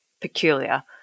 peculiar